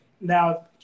now